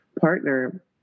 partner